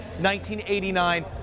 1989